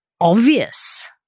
obvious